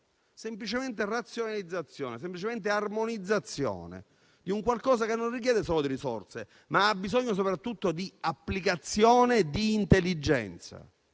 semplicemente razionalizzazione e armonizzazione di un qualcosa che non richiede solo risorse, ma che ha bisogno soprattutto di applicazione e intelligenza.